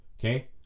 okay